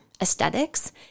aesthetics